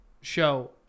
show